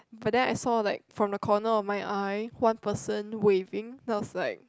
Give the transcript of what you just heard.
but then I saw like from the corner of my eye one person waving then i was like